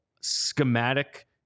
schematic